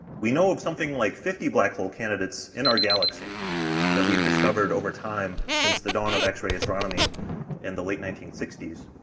we know of something like fifty black hole candidates in our galaxy that we've discovered over time since the dawn of x-ray astronomy in the late nineteen sixty s,